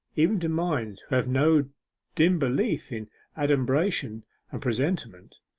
even to minds who have no dim beliefs in adumbration and presentiment,